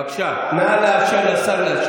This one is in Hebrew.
אתה אומר לי קורונה, בבקשה, נא לאפשר לשר להשיב.